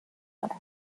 دارد